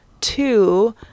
Two